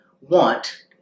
want